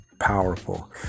Powerful